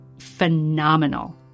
phenomenal